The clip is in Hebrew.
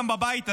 גם בבית הזה,